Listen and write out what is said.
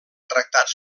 tractats